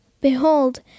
Behold